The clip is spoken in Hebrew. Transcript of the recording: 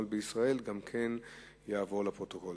2009): בשבוע שעבר פורסם כי חולל בית-העלמין היהודי באוסלו שבנורבגיה.